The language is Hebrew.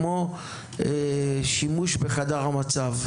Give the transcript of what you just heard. כמו שימוש בחדר המצב,